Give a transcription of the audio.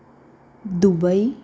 Dubai